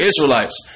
Israelites